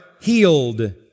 healed